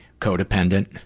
codependent